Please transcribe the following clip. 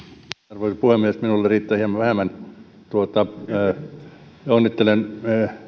arvoisa puhemies minulle riittää hieman vähemmän onnittelen